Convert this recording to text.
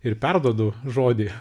ir perduodu žodį